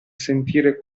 sentire